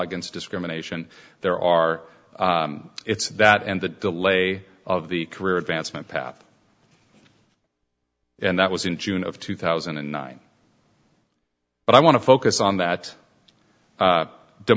against discrimination there are it's that and the delay of the career advancement path and that was in june of two thousand and nine but i want to focus on that